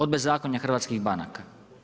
Od bezakonja hrvatskih banaka.